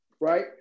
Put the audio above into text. right